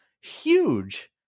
huge